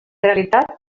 realitat